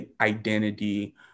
identity